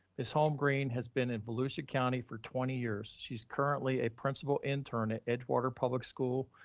ms. holmgreen has been in volusia county for twenty years. she's currently a principal intern at edgewater public school.